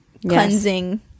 cleansing